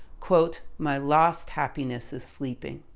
my lost happiness is sleeping.